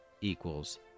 equals